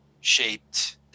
shaped